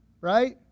right